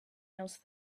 else